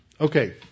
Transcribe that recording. Okay